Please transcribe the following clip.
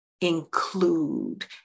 include